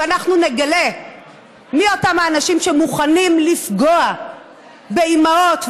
ונגלה מי אותם אנשים שמוכנים לפגוע באימהות.